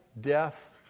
death